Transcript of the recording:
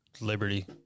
Liberty